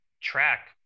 track